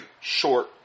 short